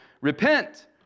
Repent